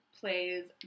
Plays